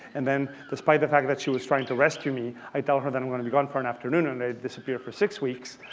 and then, despite the fact that she was trying to rescue me, i tell her that i'm going to be gone for an afternoon, and i'd disappear for six weeks.